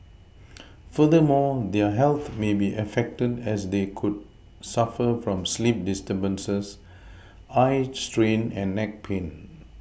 furthermore their health may be affected as they could suffer from sleep disturbances eye strain and neck pain